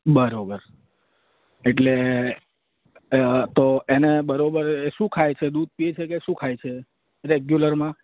બરાબર એટલે તો એને બરાબર શું ખાય છે દૂધ પીએ છે કે શું ખાય છે રેગ્યુલરમાં